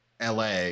LA